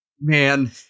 man